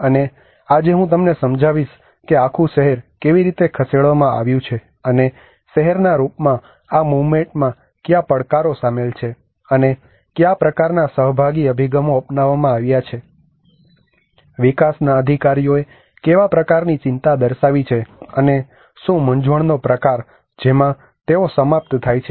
અને આજે હું તમને સમજાવીશ કે આખું શહેર કેવી રીતે ખસેડવામાં આવ્યું છે અને શહેરના રૂપમાં આ મૂવમેન્ટમાં કયા પડકારો સામેલ છે અને કયા પ્રકારનાં સહભાગી અભિગમો અપનાવવામાં આવ્યા છે વિકાસના અધિકારીઓએ કેવા પ્રકારની ચિંતા દર્શાવી છે અને શું મૂંઝવણનો પ્રકાર જેમાં તેઓ સમાપ્ત થાય છે